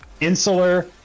insular